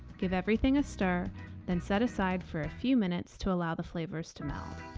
give everything a stir then set aside for a few minutes to allow the flavors to meld.